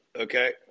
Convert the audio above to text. Okay